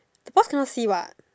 I thought can not see what